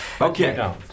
Okay